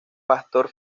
pastor